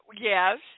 yes